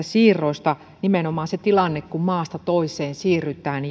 siirroista nimenomaan siitä tilanteesta kun maasta toiseen siirrytään